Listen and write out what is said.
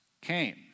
came